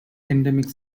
endemic